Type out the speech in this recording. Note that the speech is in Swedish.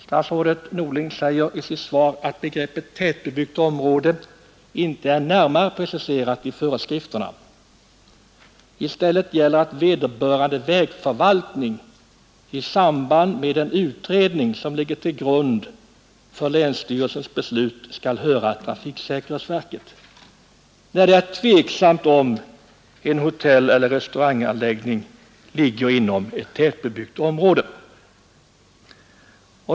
Statsrådet Norling säger i sitt svar, att begreppet tättbebyggt område inte är närmare preciserat i föreskrifterna; i stället gäller att vederbörande vägförvaltning i samband med en utredning, som ligger till grund för länsstyrelsens beslut, skall höra trafiksäkerhetsverket när det råder tveksamhet om huruvida ett hotell eller en restauranganläggning ligger inom ett tättbebyggt område.